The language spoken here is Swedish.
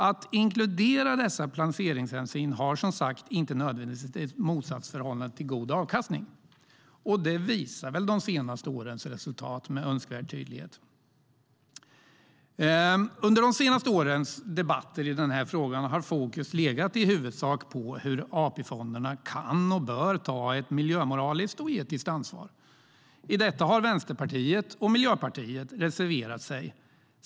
Att inkludera dessa placeringshänsyn står som sagt inte nödvändigtvis i motsats till god avkastning. Det visar väl de senaste årens resultat med önskvärd tydlighet. Under de senaste årens debatter i den här frågan har fokus i huvudsak legat på hur AP-fonderna kan och bör ta miljömoraliskt och etiskt ansvar. I detta har Vänsterpartiet och Miljöpartiet reserverat sig.